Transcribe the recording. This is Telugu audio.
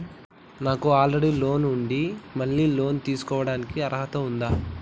నాకు ఆల్రెడీ లోన్ ఉండి మళ్ళీ లోన్ తీసుకోవడానికి అర్హత ఉందా?